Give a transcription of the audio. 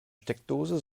steckdose